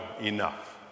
enough